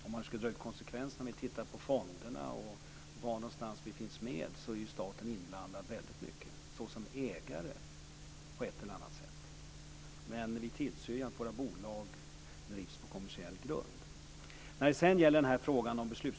Om man tittar på fonderna ser man att staten till stor del är inblandad som ägare på ett eller annat sätt. Men vi tillser ju att våra bolag drivs på en kommersiell grund.